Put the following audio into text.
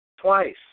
Twice